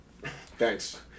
Thanks